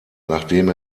nachdem